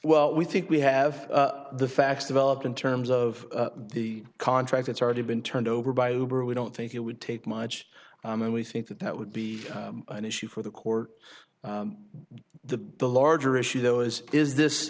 well we think we have the facts developed in terms of the contract that's already been turned over by we don't think it would take much and we think that that would be an issue for the court the the larger issue though is is this